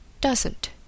Doesn't